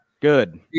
Good